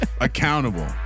accountable